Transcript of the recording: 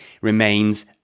remains